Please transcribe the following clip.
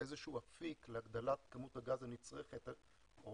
איזשהו אפיק להגדלת כמות הגז הנצרכת או